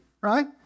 Right